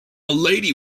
lady